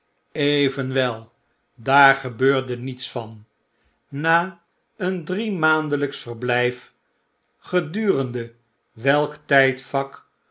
evenwel daar gebeurde niets van na een driemaandelyksch verblyf gedurende